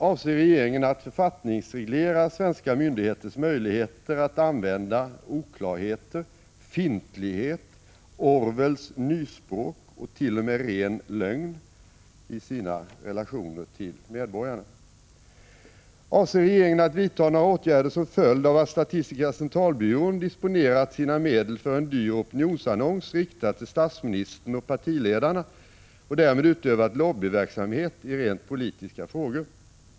Avser regeringen att författningsreglera svenska myndigheters möjligheter att använda oklarheter, fintlighet, Orwells nyspråk och t.o.m. ren lögn i sina relationer med medborgarna? 3. Avser regeringen att vidta några åtgärder som följd av att statistiska centralbyrån disponerat sina medel för en dyr opinionsannons riktad till statsministern och partiledarna och därmed utövat lobbyverksamhet i rent politiska frågor?